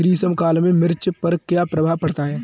ग्रीष्म काल में मिर्च पर क्या प्रभाव पड़ता है?